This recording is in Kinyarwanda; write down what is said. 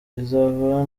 izahura